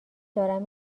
دارم